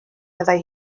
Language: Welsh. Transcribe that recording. meddai